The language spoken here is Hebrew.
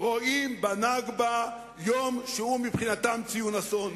רואים ביום ה"נכבה" יום שמבחינתם הוא ציון אסון.